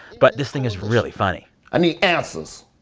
but this thing is really funny i need answers.